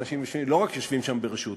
האנשים לא רק יושבים שם ברשות,